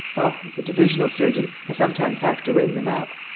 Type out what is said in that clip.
oh, as a divisional surgeon, i sometimes have to ring them up.